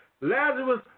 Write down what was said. Lazarus